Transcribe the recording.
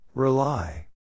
Rely